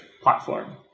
platform